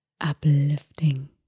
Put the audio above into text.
uplifting